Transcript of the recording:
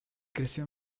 creció